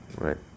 right